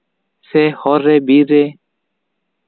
ᱥᱮ ᱦᱚᱨ ᱨᱮ ᱵᱤᱨ ᱨᱮ